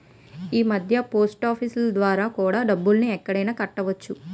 ఈమధ్య పోస్టాఫీసులు ద్వారా కూడా డబ్బుల్ని ఎక్కడైనా కట్టొచ్చట